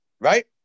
right